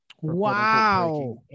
Wow